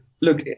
look